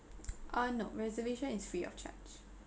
uh no reservation is free of charge